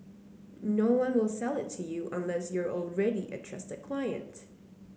no one will sell it to you unless you're already a trusted client